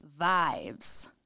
Vibes